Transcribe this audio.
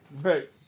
Right